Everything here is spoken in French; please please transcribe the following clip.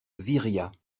viriat